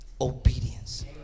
obedience